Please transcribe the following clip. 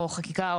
או חקיקה,